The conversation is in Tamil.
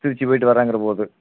திருச்சி போய்ட்டு வரங்கிறபோது